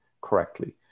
correctly